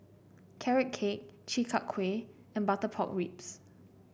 Carrot Cake Chi Kak Kuih and Butter Pork Ribs